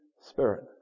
spirit